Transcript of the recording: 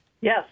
Yes